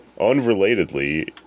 Unrelatedly